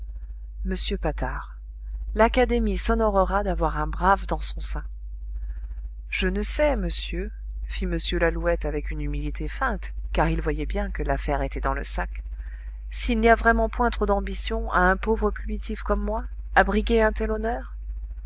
m patard l'académie s'honorera d'avoir un brave dans son sein je ne sais monsieur fit m lalouette avec une humilité feinte car il voyait bien que l'affaire était dans le sac s'il n'y a vraiment point trop d'ambition à un pauvre plumitif comme moi à briguer un tel honneur